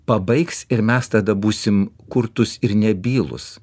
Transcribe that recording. pabaigs ir mes tada būsime kurtūs ir nebylūs